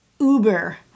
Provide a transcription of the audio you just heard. Uber